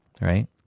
right